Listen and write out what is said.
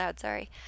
Sorry